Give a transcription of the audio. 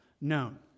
known